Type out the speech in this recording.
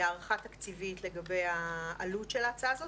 הערכה תקציבית לגבי העלות של ההצעה הזאת